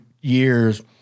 years –